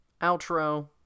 outro